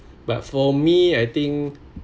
but for me I think